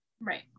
Right